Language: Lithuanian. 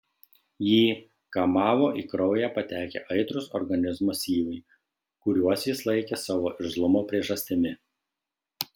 jį kamavo į kraują patekę aitrūs organizmo syvai kuriuos jis laikė savo irzlumo priežastimi